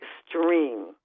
extreme